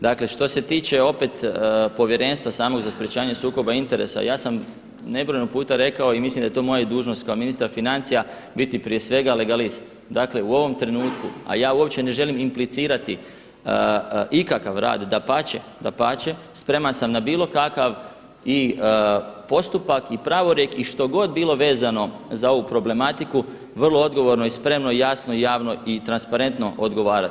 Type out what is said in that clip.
Dakle, što se tiče opet povjerenstva samog za sprečavanje sukoba interesa, ja sam nebrojeno puta rekao i mislim da je to moja dužnost kao ministra financija biti prije svega legalist, dakle u ovom trenutku, a ja uopće ne želim implicirati ikakav rad, dapače, spreman sam na bilo kakav postupak i pravorijek i što god bilo vezano za ovu problematiku vrlo odgovorno, spremno i jasno i javno i transparentno odgovarati.